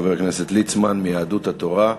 חבר הכנסת ליצמן מיהדות התורה.